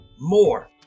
more